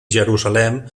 jerusalem